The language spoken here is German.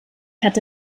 hatte